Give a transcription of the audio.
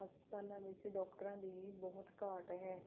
ਹਸਪਤਾਲਾਂ ਵਿੱਚ ਡਾਕਟਰਾਂ ਦੀ ਵੀ ਬਹੁਤ ਘਾਟ ਹੈ